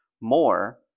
more